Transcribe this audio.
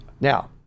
Now